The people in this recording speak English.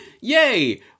yay